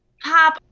Pop